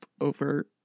over